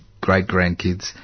great-grandkids